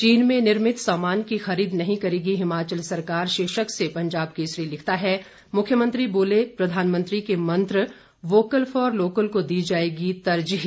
चीन में निर्मित सामान की खरीद नहीं करेगी हिमाचल सरकार शीर्षक से पंजाब केसरी लिखता है मुख्यमंत्री बोले प्रधानमंत्री के मंत्र वोकल फॉर लोकल को दी जाएगी तरजीह